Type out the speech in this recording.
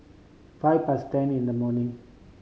five past ten in the morning